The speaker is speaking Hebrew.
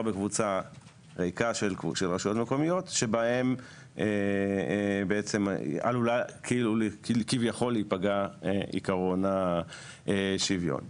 בקבוצה ריקה של רשויות מקומיות שבהן עלול כביכול להיפגע עיקרון השוויון.